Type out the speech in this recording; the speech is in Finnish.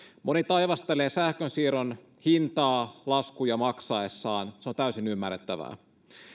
moni taivastelee sähkönsiirron hintaa laskuja maksaessaan se on täysin ymmärrettävää